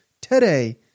today